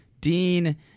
Dean